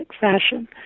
fashion